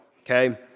okay